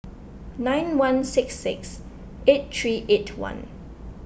nine one six six eight three eight one